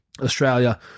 Australia